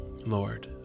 Lord